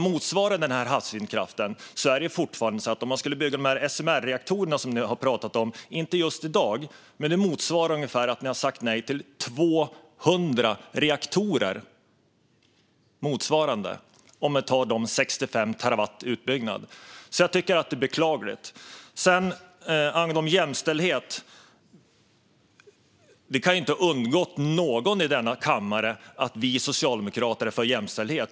För att motsvara utbyggnaden med 65 terawattimmar havsvindkraft skulle det behövas ungefär 200 av de SMR-reaktorer som ni har pratat om - dock inte just i dag. Jag tycker att detta är beklagligt. När det gäller jämställdhet kan det inte ha undgått någon i denna kammare att vi socialdemokrater är för jämställdhet.